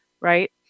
right